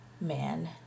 man